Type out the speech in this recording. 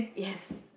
yes